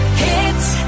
hits